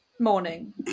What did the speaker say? morning